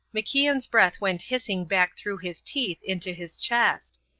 macian's breath went hissing back through his teeth into his chest.